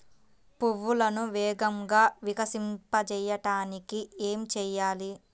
పువ్వులను వేగంగా వికసింపచేయటానికి ఏమి చేయాలి?